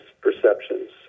perceptions